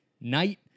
night